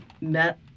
met